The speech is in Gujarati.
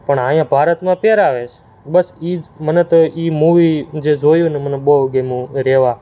પણ અહીંયા ભારતમાં પહેરાવે છે બસ એ જ મને તો એ મુવી જે જોયું ને મને બહુ ગમ્યું રેવા